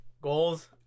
Goals